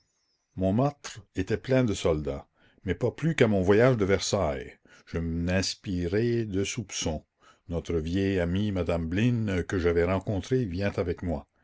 montmartre était plein de soldats mais pas plus qu'à mon voyage de versailles je n'inspirai de soupçons notre vieille amie madame blin que j'avais rencontrée vient avec moi